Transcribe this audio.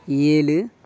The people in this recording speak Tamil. ஏழு